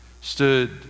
stood